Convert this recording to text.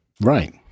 Right